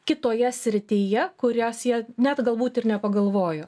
kitoje srityje kurios jie net galbūt ir nepagalvojo